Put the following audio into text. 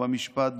במשפט,